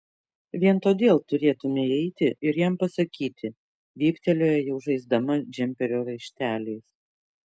vien todėl turėtumei eiti ir jam pasakyti vyptelėjo jau žaisdama džemperio raišteliais